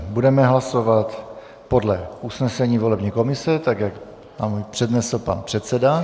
Budeme hlasovat podle usnesení volební komise, jak nám to přednesl pan předseda.